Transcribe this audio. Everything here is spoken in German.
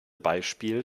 beispiel